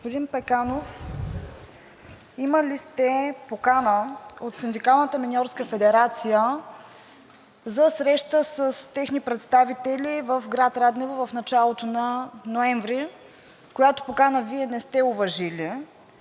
Господин Пеканов, имали сте покана от Синдикалната миньорска федерация за среща с техни представители в град Раднево в началото на ноември, която покана Вие не сте уважили,